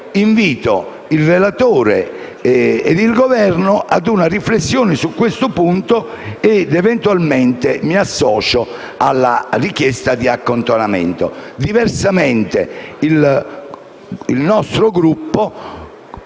invito il relatore e il Governo ad una riflessione su questo punto ed eventualmente mi associo alla richiesta di accantonamento. Diversamente, gli